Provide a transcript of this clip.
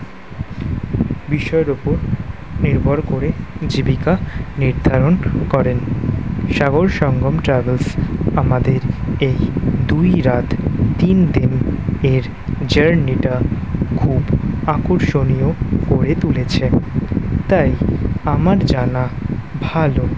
বিষয়ের ওপর নির্ভর করে জীবিকা নির্ধারণ করেন সাগর সঙ্গম ট্রাভেলস আমাদের এই দুই রাত তিন দিন এর জার্নিটা খুব আকর্ষণীয় করে তুলেছেন তাই আমার জানা ভালো